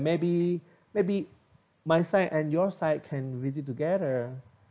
maybe maybe my side and your side can visit together